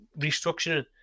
restructuring